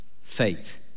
faith